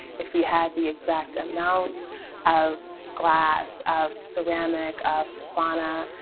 if we had the exact amount of glass of ceramic of fauna,